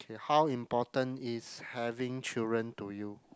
ya how important is having children to you